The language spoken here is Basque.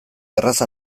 erraz